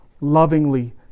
lovingly